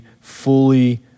fully